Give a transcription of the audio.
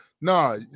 Nah